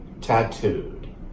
tattooed